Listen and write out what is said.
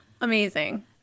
Amazing